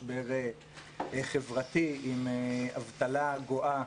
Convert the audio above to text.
משבר חברתי עם אבטלה גואה.